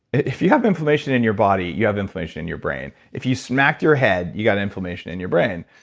if you have inflammation in your body, you have inflammation in your brain. if you smacked your head, you got inflammation in your brain.